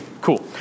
Cool